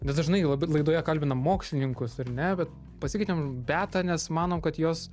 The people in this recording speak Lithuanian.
mes dažnai labai laidoje kalbinam mokslininkus ar ne bet pasikvietėm beatą nes manom kad jos